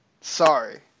sorry